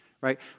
Right